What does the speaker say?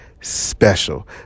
special